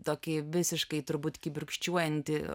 tokį visiškai turbūt kibirkščiuojantį